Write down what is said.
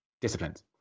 disciplines